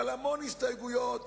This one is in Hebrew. אבל המון הסתייגויות,